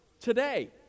today